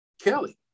kelly